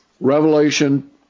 Revelation